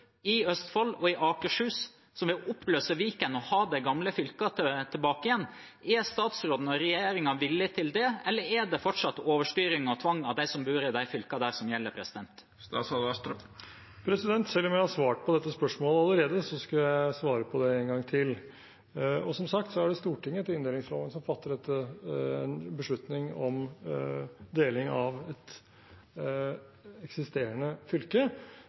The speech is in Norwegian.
Østfold og Akershus som vil oppløse Viken og ha de gamle fylkene tilbake. Er statsråden og regjeringen villig til det, eller er det fortsatt overstyring og tvang av dem som bor i de fylkene, som gjelder? Selv om jeg har svart på dette spørsmålet allerede, skal jeg svare på det en gang til. Som sagt er det Stortinget etter inndelingsloven som fatter beslutning om deling av et eksisterende fylke,